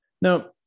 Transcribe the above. Now